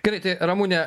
gerai tai ramune